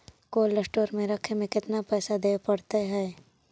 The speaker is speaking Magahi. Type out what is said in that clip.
कोल्ड स्टोर में रखे में केतना पैसा देवे पड़तै है?